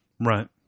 Right